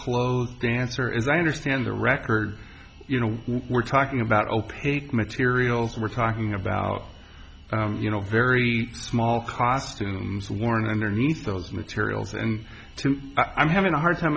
clothed dancer as i understand the record you know we're talking about opeth materials we're talking about you know very small costumes worn underneath those materials and to i'm having a hard time